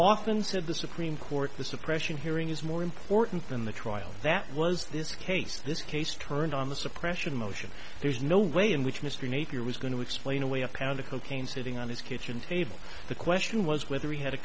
often said the supreme court the suppression hearing is more important than the trial that was this case this case turned on the suppression motion there's no way in which mr nader was going to explain away a pound of cocaine sitting on his kitchen table the question was whether he had a